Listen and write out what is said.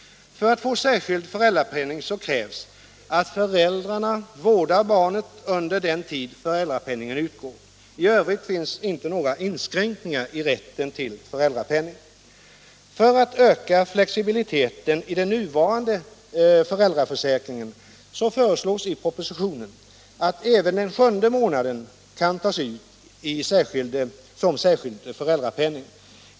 För att få särskild föräldrapenning krävs att föräldrarna vårdar barnet under den tid föräldrapenningen utgår. I övrigt finns inte några inskränkningar i rätten till denna föräldrapenning. För att öka flexibiliteten i den nuvarande föräldraförsäkringen föreslås i propositionen att även den sjunde månaden kan tas ut som särskild föräldrapenning.